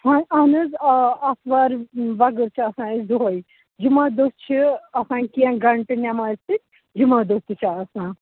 آ اَہَن حظ آ آتھوار بغٲر چھِ آسان أسۍ دۅہے جُمعہ دۄہ چھِ آسان کیٚنٛہہ گَنٹہٕ نیٚمازِ سۭتۍ جُمعہ دۄہ تہِ چھِ آسان